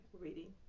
reading